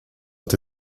ont